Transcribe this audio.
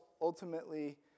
ultimately